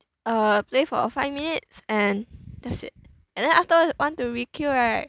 uh play for five minutes and that's it and then afterwards want to requeue right